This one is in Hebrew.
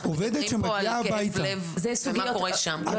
אנחנו מדברים פה על כאב לב ומה קורה שם.